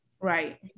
right